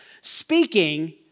speaking